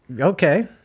Okay